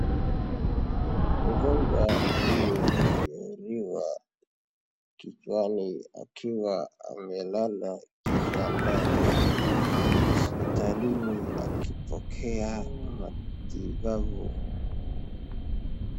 Mgonjwa aliyejeruhiwa kichwani akiwa amelala kitandani hospitalini akipokea matibabu.